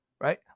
right